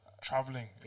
traveling